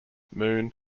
moon